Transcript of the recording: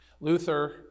Luther